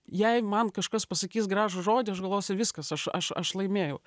jei man kažkas pasakys gražų žodį aš galvosiu viskas aš aš aš laimėjau